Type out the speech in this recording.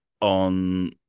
on